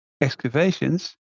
excavations